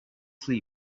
sleep